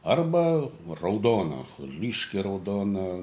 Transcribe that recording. arba raudona ryški raudona